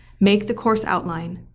make the course outline,